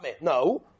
No